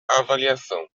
avaliação